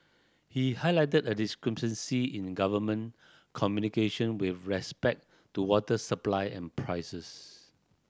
he highlighted a discrepancy in government communication with respect to water supply and prices